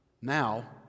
now